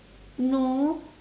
no